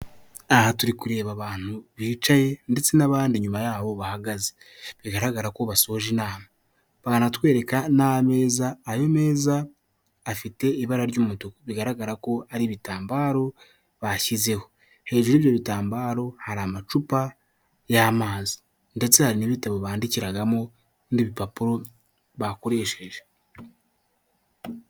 Aha turi kureba abantu bicaye ndetse n'abandi inyuma yabo bahagaze, bigaragara ko basoje inama. Banatwereka n'ameza ayo meza afite ibara ry'umutuku, bigaragara ko ari ibitambaro bashyizeho, hejuru y'ibyo bitambaro hari amacupa y'amazi, ndetse hari n'ibitabo bandikiragamo n'ibipapuro bakoresheje.